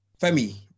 Femi